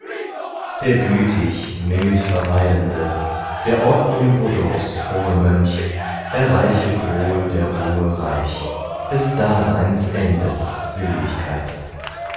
der gütig mild verweilende der ordnung buddhos frohe mönch erreichet wohl der ruhe reich des daseinsendes seligkeit